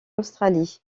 australie